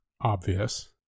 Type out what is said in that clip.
obvious